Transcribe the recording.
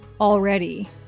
already